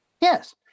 Yes